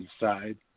inside